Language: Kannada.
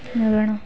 ನೋಡೋಣ